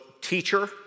teacher